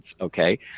okay